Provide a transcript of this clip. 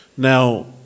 Now